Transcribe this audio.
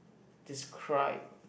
describe